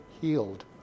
healed